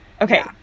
okay